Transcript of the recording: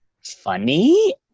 funny